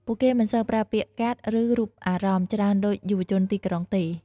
ពួកគេមិនសូវប្រើពាក្យកាត់ ឬរូបអារម្មណ៍ ច្រើនដូចយុវជនទីក្រុងទេ។